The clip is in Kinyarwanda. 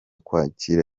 kwakira